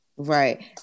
Right